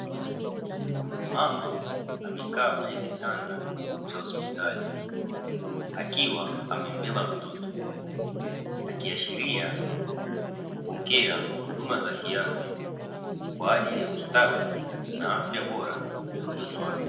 Mama amekaa kwenye kitanda cha hospitali akiwa amembeba mtoto, akiashiria kupokea huduma za kiafya kwa ajili ya ustawi na afya bora ya mtoto wake.